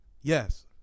Yes